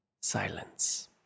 silence